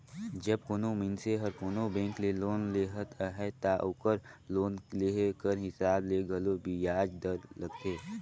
जब कोनो मइनसे हर कोनो बेंक ले लोन लेहत अहे ता ओकर लोन लेहे कर हिसाब ले घलो बियाज दर लगथे